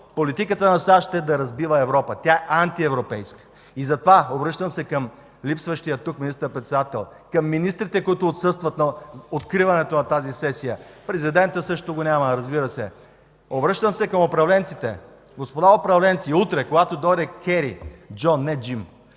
политиката на САЩ е да разбива Европа. Тя е антиевропейска. Затова се обръщам към липсващия тук министър-председател, към министрите, които отсъстват на откриването на тази сесия. Президентът също го няма, разбира се. Обръщам се към управленците: господа управленци, утре, когато дойде Кери – Джон, не Джим,